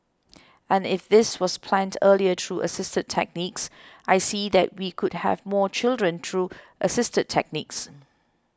and if this was planned earlier through assisted techniques I see that we could have more children through assisted techniques